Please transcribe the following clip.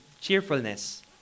cheerfulness